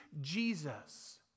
Jesus